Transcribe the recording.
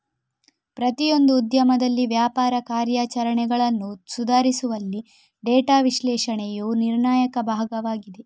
ಪ್ರತಿಯೊಂದು ಉದ್ಯಮದಲ್ಲಿ ವ್ಯಾಪಾರ ಕಾರ್ಯಾಚರಣೆಗಳನ್ನು ಸುಧಾರಿಸುವಲ್ಲಿ ಡೇಟಾ ವಿಶ್ಲೇಷಣೆಯು ನಿರ್ಣಾಯಕ ಭಾಗವಾಗಿದೆ